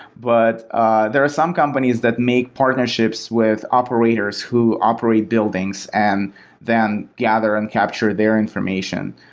but there are some companies that make partnerships with operators who operate buildings and then gather and capture their information.